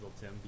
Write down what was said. Tim